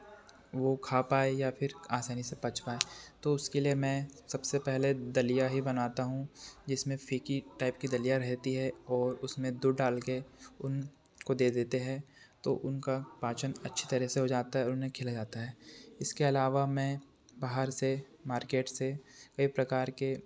वह खा पाए या आसानी से पच पाए तो उसके लिए मैं सबसे पहले दलिया ही बनाता हूँ जिसमे फीकी टाइप की दलिया रहती है और उसमें दूध डाल कर उनको दे देते हैं तो उनका पाचन अच्छी तरह से हो जाता है और उन्हें खिला जाता है इसके आलावा मैं बाहर से मार्केट से कई प्रकार के